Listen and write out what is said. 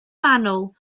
manwl